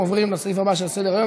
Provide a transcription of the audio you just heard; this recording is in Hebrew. עוברים לסעיף הבא שעל סדר-היום.